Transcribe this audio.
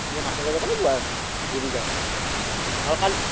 মাছ মাৰিব যাব লাগিব আৰু যদি যায় কালি